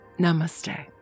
Namaste